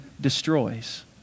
destroys